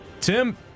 Tim